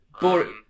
boring